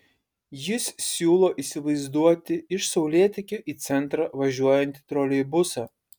jis siūlo įsivaizduoti iš saulėtekio į centrą važiuojantį troleibusą